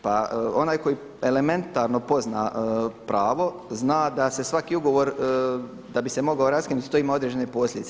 Pa onaj koji elementarno pozna pravo zna da se svaki ugovor da bi se mogao raskinuti to ima određene posljedice.